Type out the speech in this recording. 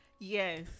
Yes